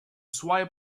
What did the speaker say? swire